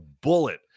bullet